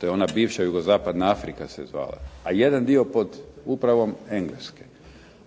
To je ona bivša Jugozapadna Afrika se zvala, a jedan dio pod upravom Engleske.